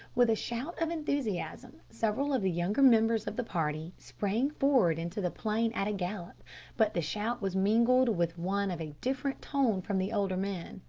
with a shout of enthusiasm, several of the younger members of the party sprang forward into the plain at a gallop but the shout was mingled with one of a different tone from the older men.